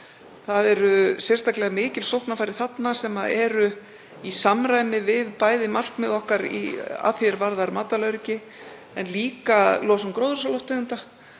Það eru sérstaklega mikil sóknarfæri þarna sem eru í samræmi við bæði markmið okkar að því er varðar matvælaöryggi en líka losun gróðurhúsalofttegunda